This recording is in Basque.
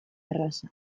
erraza